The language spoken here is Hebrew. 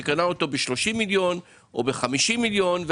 שהוא קנה אותו ב-30 מיליון ₪ או ב-50 מיליון ₪,